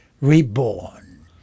reborn